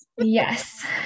Yes